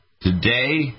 today